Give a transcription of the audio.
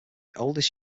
oldest